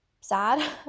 sad